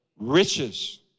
Riches